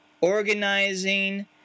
organizing